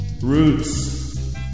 Roots